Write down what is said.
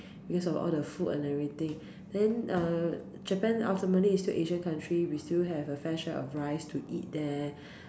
because of all the food and everything then err Japan ultimately is still Asian country we still have a fair share of rice to eat there